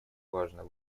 важно